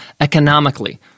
economically